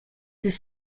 des